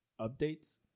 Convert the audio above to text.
updates